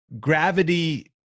gravity